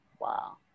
Wow